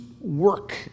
work